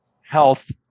health